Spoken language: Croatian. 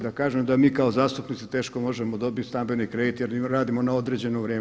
Da kažem da mi kao zastupnici teško možemo dobiti stambeni kredit jer radimo na određeno vrijeme.